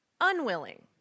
unwilling